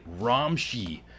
ramshi